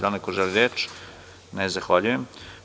Da li neko želi reč? (Ne)Zahvaljujem.